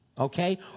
Okay